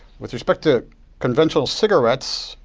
with respect to conventional cigarettes,